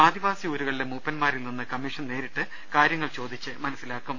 ആദിവാസി ഊരുകളിലെ മൂപ്പൻമാരിൽ നിന്ന് കമ്മീഷൻ നേരിട്ട് കാര്യ ങ്ങൾ ചോദിച്ച് മനസ്സിലാക്കും